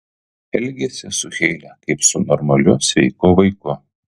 elgiasi su heile kaip su normaliu sveiku vaiku